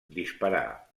disparar